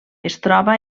troba